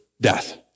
death